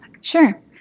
Sure